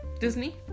Disney